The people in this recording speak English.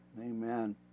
Amen